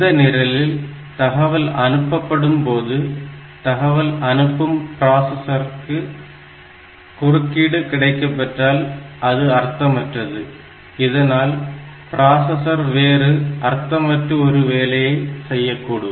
இந்த நிரலில் தகவல் அனுப்பப்படும் போது தகவல் அனுப்பும் பிராசசருக்கு குறுக்கீடு கிடைக்கப்பெற்றால் அது அர்த்தமற்றது இதனால் பிராசசர் வேறு அர்த்தமற்ற ஒரு வேலையை செய்யக்கூடும்